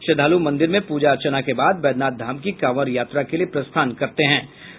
श्रद्दालु मंदिर में पूजा अर्चना के बाद वैद्यनाथ धाम की कांवर यात्रा के लिये प्रस्थान करेंगे